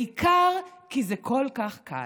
בעיקר כי זה כל כך קל.